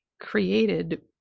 created